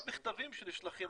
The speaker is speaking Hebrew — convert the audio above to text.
גם מכתבים שנשלחים,